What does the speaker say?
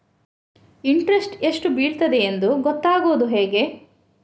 Interest ಎಷ್ಟು ಬೀಳ್ತದೆಯೆಂದು ಗೊತ್ತಾಗೂದು ಹೇಗೆ?